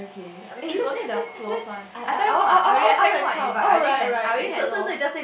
ya is only the close one I tell you who ah I already I tell you who I invite I already can I already can know